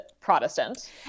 Protestant